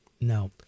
No